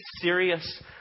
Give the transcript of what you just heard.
serious